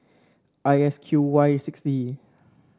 I S Q Y six Z